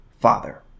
father